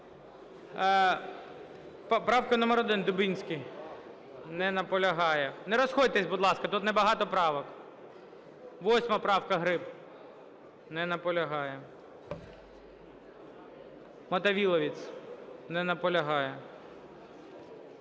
Правка номер 1, Дубінський. Не наполягає. Не розходьтесь, будь ласка, тут небагато правок. 8 правка, Гриб. Не наполягає. Мотовиловець. Не наполягає.